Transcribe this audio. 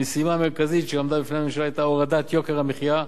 המשימה המרכזית שעמדה בפני הממשלה היתה הורדת יוקר המחיה.